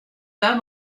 tard